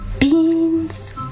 Beans